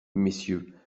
messieurs